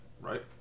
right